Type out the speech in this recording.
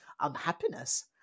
unhappiness